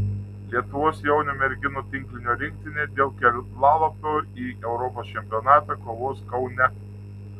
lietuvos jaunių merginų tinklinio rinktinė dėl kelialapio į europos čempionatą kovos kaune